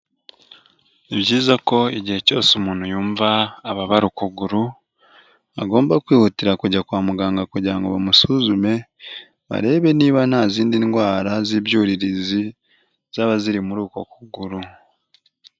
Ni byiza ko igihe cyose umuntu yumva ababara ukuguru, agomba kwihutira kujya kwa muganga kugira ngo bamusuzume, barebe niba nta zindi ndwara z'ibyuririzi zaba ziri muri uko kuguru.